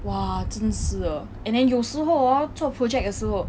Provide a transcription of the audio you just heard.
!wah! 真是的 and then 有时候 hor 做 project 的时候